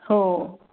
हो